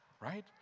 Right